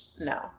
No